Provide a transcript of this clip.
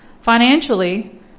Financially